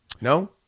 No